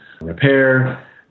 repair